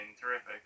Terrific